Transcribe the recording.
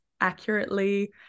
accurately